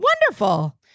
Wonderful